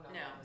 no